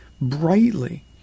brightly